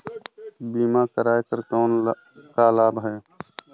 बीमा कराय कर कौन का लाभ है?